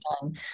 done